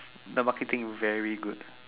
the marketing very good